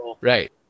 Right